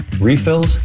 refills